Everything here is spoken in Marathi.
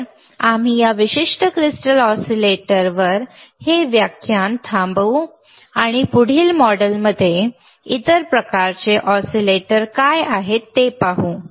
तर आम्ही या विशिष्ट क्रिस्टल ऑसिलेटरवर हे व्याख्यान थांबवू आणि पुढील मॉड्यूलमध्ये इतर प्रकारचे ऑसिलेटर काय आहेत ते पाहू